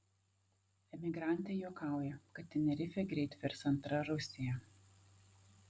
emigrantė juokauja kad tenerifė greit virs antra rusija